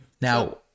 Now